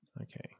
Okay